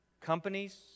companies